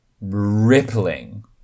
rippling